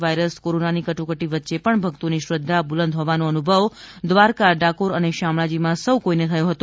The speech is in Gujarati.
વાઇરસ કોરોનાની કટોકટી વચ્ચે પણ ભક્તોની શ્રધ્ધા બુલંદ હોવાનો અનુભવ દ્વારકા ડાકોર અને શામળાજીમાં સૌ કોઈને થયો હતો